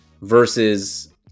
versus